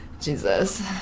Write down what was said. jesus